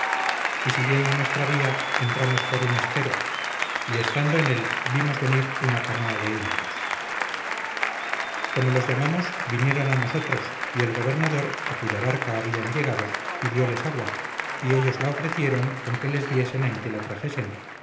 y siguiendo nuestra vía entramos por un estero y estando en él vimos venir una canoa de indios como los llamamos vinieron a nosotros y el gobernador a cuya barca habían llegado pidióles agua y ellos la ofrecieron con que les diesen en qué la trajesen